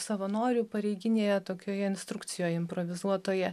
savanorių pareiginėje tokioje instrukcijoj improvizuotoje